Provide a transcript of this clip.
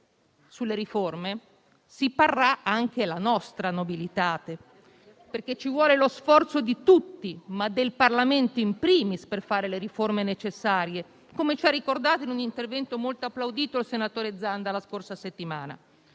sulle riforme si parrà anche la nostra nobilitate, perché ci vuole lo sforzo di tutti, ma del Parlamento *in primis*, per fare le riforme necessarie, come ci ha ricordato in un intervento molto applaudito il senatore Zanda la scorsa settimana.